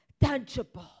tangible